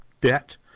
debt